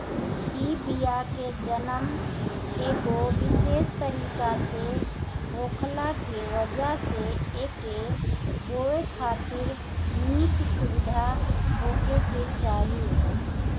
इ बिया के जनम एगो विशेष तरीका से होखला के वजह से एके बोए खातिर निक सुविधा होखे के चाही